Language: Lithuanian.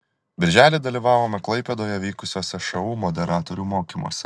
birželį dalyvavome klaipėdoje vykusiuose šu moderatorių mokymuose